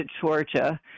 Georgia